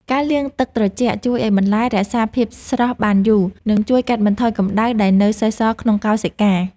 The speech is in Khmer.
ការលាងទឹកត្រជាក់ជួយឱ្យបន្លែរក្សាភាពស្រស់បានយូរ និងជួយកាត់បន្ថយកម្ដៅដែលនៅសេសសល់ក្នុងកោសិកា។